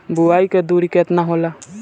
बुआई के दूरी केतना होला?